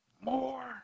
more